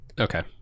Okay